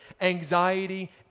anxiety